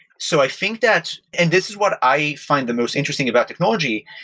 so i think that and this is what i find the most interesting about technology,